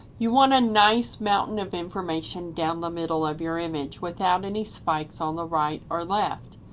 you want a nice mountain of information down the middle of your image without any spikes on the right or left.